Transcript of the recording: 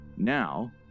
Now